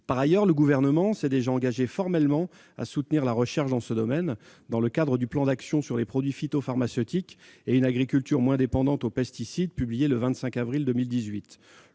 En outre, le Gouvernement s'est déjà formellement engagé à soutenir la recherche dans ce domaine dans le cadre du plan d'action sur les produits phytopharmaceutiques et une agriculture moins dépendante aux pesticides, qui a été publié le 25 avril 2018.